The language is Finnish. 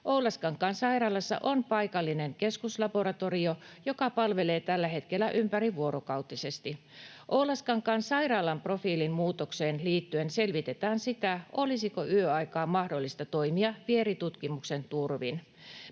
Oulaskankaan sairaalassa on paikallinen keskuslaboratorio, joka palvelee tällä hetkellä ympärivuorokautisesti. Oulaskankaan sairaalan profiilin muutokseen liittyen selvitetään sitä, olisiko yöaikaan mahdollista toimia vieritutkimuksen turvin.